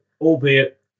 albeit